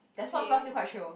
their sports bra still quite chio